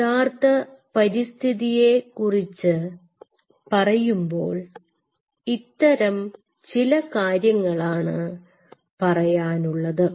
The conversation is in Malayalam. യഥാർത്ഥ പരിസ്ഥിതിയെ കുറിച്ച് പറയുമ്പോൾ ഇത്തരം ചില കാര്യങ്ങളാണ് പറയാനുള്ളത്